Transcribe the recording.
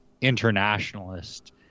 internationalist